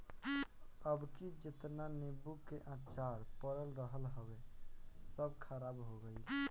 अबकी जेतना नीबू के अचार पड़ल रहल हअ सब खराब हो गइल